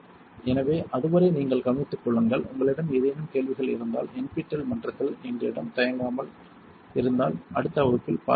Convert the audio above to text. எனவே அதுவரை நீங்கள் கவனித்துக் கொள்ளுங்கள் உங்களிடம் ஏதேனும் கேள்வி இருந்தால் NPTEL மன்றத்தில் எங்களிடம் தயங்காமல் இருந்தால் அடுத்த வகுப்பில் பார்க்கிறேன்